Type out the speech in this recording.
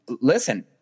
listen